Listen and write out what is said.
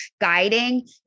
guiding